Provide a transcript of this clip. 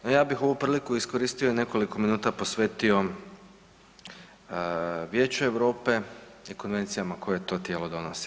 No ja bih ovu priliku iskoristio i nekoliko minuta posvetio Vijeću Europe te konvencijama koje to tijelo donosi.